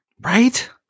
Right